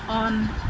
on